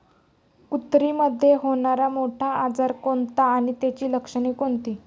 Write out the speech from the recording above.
कुत्रीमध्ये होणारा मोठा आजार कोणता आणि त्याची लक्षणे कोणती?